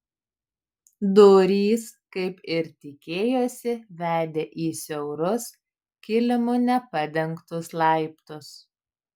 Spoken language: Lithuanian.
durys kaip ir tikėjosi vedė į siaurus kilimu nepadengtus laiptus